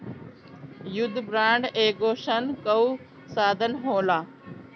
युद्ध बांड एगो ऋण कअ साधन होला